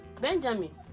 benjamin